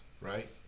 right